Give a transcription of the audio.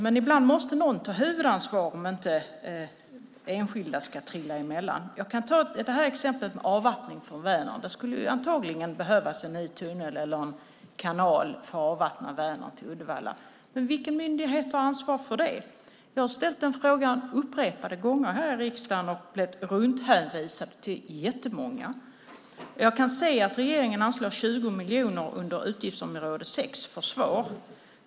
Men ibland måste någon ta huvudansvaret för att enskilda inte ska trilla emellan. Jag kan ta exemplet med avvattning av Vänern. Det skulle antagligen behövas en ny tunnel eller en kanal för avvattning av Vänern mot Uddevalla. Vilken myndighet tar ansvar för det? Jag har ställt den frågan upprepade gånger här i riksdagen och blivit hänvisad till jättemånga. Jag kan se att regeringen anslår 20 miljoner under utgiftsområde 6 Försvar.